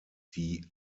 die